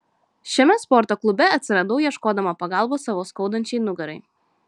šiame sporto klube atsiradau ieškodama pagalbos savo skaudančiai nugarai